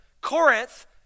Corinth